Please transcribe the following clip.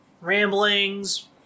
Ramblings